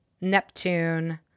Neptune